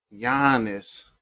Giannis